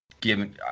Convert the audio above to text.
given